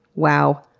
wow.